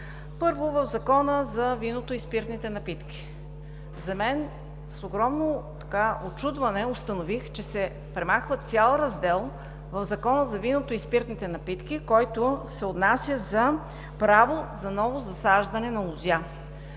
Първо, в Закона за виното и спиртните напитки. С огромно учудване установих, че се премахва цял раздел в Закона за виното и спиртните напитки, който се отнася за право за ново засаждане на лозя.